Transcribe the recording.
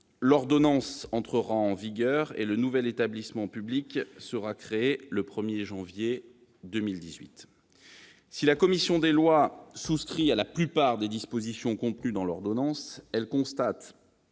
L'ordonnance entrera en vigueur et le nouvel établissement public sera créé le 1 janvier 2018. Si la commission des lois souscrit à la plupart des dispositions contenues dans l'ordonnance, elle constate